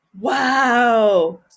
Wow